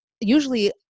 usually